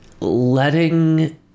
letting